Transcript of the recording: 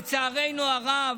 לצערנו הרב,